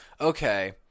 okay